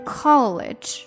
college